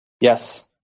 Yes